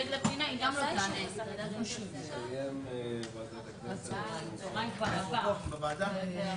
ננעלה בשעה 18:36.